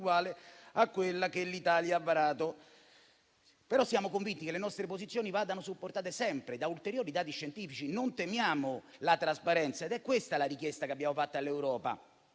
uguale a quella che l'Italia ha varato. Siamo però convinti che le nostre posizioni vadano supportate sempre da ulteriori dati scientifici. Non temiamo la trasparenza ed è questa la richiesta che abbiamo fatto all'Europa,